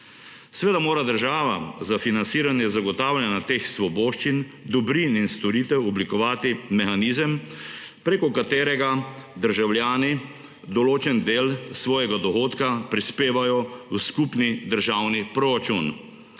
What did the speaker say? Seveda mora država za financiranje zagotavljanja teh svoboščin, dobrin in storitev oblikovati mehanizem, preko katerega državljani določen del svojega dohodka prispevajo v skupni državni proračun.